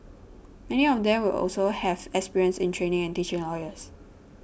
many of them will also have experience in training and teaching lawyers